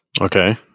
Okay